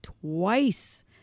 twice